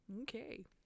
Okay